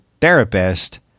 therapist